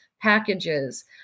packages